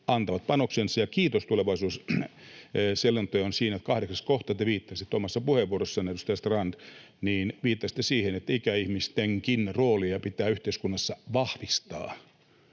antaa panoksensa. Ja kiitos tulevaisuusselonteolle: Siinä on kahdeksas kohta, johon te viittasitte omassa puheenvuorossanne, edustaja Strand. Viittasitte siihen, että ikäihmistenkin roolia pitää yhteiskunnassa vahvistaa.